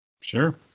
sure